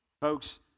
Folks